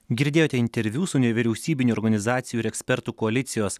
girdėjote interviu su nevyriausybinių organizacijų ir ekspertų koalicijos